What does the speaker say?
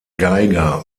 geiger